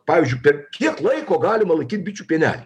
pavyzdžiui per kiek laiko galima laikyt bičių pienelį